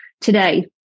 today